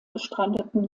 gestrandeten